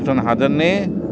भुटान हादोरनि